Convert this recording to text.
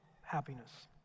happiness